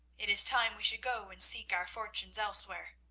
it is time we should go and seek our fortunes elsewhere.